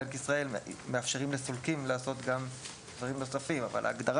בנק ישראל מאפשר לסולקים לעשות גם דברים נוספים אבל ההגדרה